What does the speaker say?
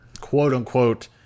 quote-unquote